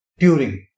Turing